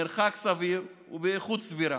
מרחק סביר ובאיכות סבירה.